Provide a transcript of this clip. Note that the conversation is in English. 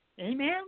Amen